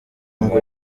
ngo